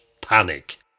panic